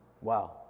Wow